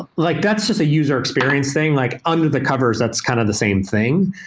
like that's just a user experience thing. like under the covers, that's kind of the same thing.